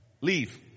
Leave